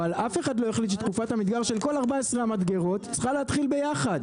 אבל אף אחד לא החליט שתקופת המדגר של כל 14 המדגרות צריכה להתחיל ביחד.